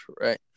right